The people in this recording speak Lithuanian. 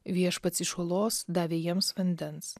viešpats iš olos davė jiems vandens